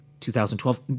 2012